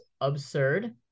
absurd